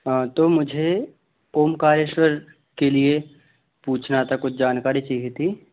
तो मुझे ओंकारेश्वर के लिए पूछना था कुछ जानकारी चाहिए थी